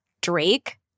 Drake